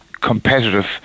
competitive